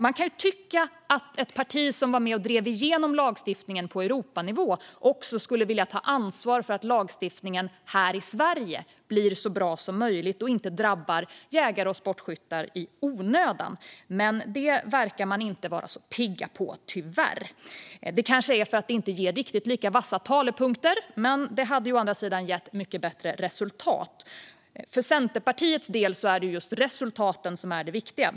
Man kan tycka att ett parti som var med och drev igenom lagstiftningen på Europanivå skulle vilja ta ansvar för att lagstiftningen här i Sverige blir så bra som möjligt och inte drabbar jägare och sportskyttar i onödan. Men det verkar de tyvärr inte vara särskilt pigga på. Det kanske beror på att det inte ger riktigt lika vassa talepunkter. Men det hade å andra sidan lett till mycket bättre resultat. För Centerpartiets del är det just resultaten som är viktiga.